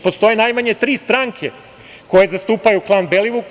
Postoje najmanje tri stranke koje zastupaju klan Belivuku.